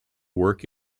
work